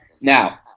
Now